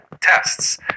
tests